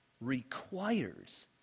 requires